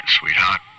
sweetheart